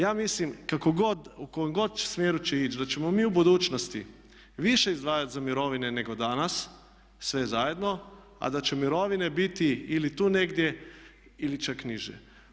Ja mislim kako god, u kojem god smjeru će ići da ćemo mi u budućnosti više izdvajati za mirovine nego danas sve zajedno a da će mirovine biti ili tu negdje ili čak niže.